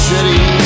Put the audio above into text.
City